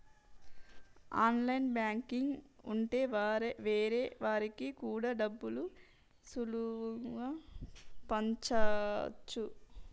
online banking ఉంటె వేరే వాళ్ళకి కూడా డబ్బులు సులువుగా పంపచ్చు